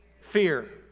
fear